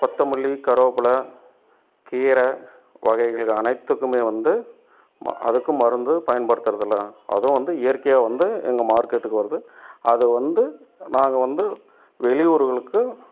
கொத்தமல்லி கருவேப்பலை கீரை வகைகள் அனைத்துக்குமே வந்து அதுக்கும் மருந்து பயன்படுத்துகிறது இல்லை அதுவும் வந்து இயற்கையாகவே வந்து எங்கள் மார்க்கெட்டுக்கு வருது அது வந்து நாங்கள் வந்து வெளி ஊர்களுக்கு